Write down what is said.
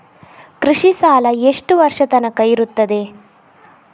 ಕೃಷಿ ಸಾಲ ಎಷ್ಟು ವರ್ಷ ತನಕ ಇರುತ್ತದೆ?